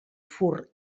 fur